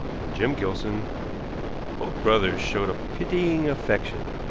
for jim gilson both brothers showed a pitying affection,